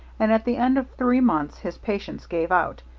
and at the end of three months his patience gave out,